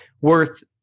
worth